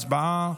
הצבעה.